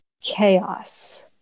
chaos